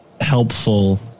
helpful